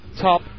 top